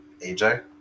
AJ